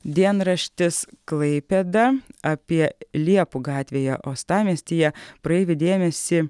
dienraštis klaipėda apie liepų gatvėje uostamiestyje praeivių dėmesį